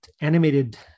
animated